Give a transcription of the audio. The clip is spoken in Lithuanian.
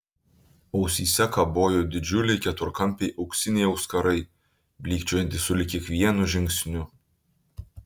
ausyse kabojo didžiuliai keturkampiai auksiniai auskarai blykčiojantys sulig kiekvienu žingsniu